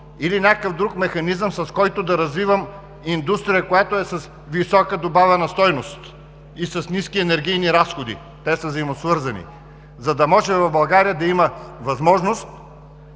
или някакъв друг механизъм, с който да развивам индустрия, която е с висока добавена стойност и с ниски енергийни разходи, те са взаимосвързани, за да може в България да има възможност